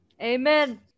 Amen